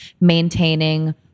maintaining